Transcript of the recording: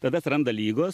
tada atsiranda ligos